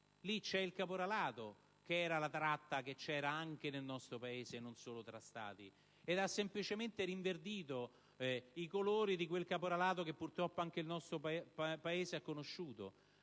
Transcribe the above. Lì c'è il caporalato, che peraltro era presente anche nel nostro Paese e non solo tra immigrati; quindi, si sono semplicemente rinverditi i colori di quel caporalato che purtroppo anche il nostro Paese ha conosciuto.